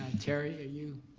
terry, are you